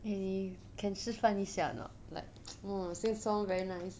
你 can 示范一下 or not like sing song very nice